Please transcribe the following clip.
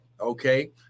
Okay